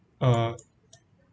uh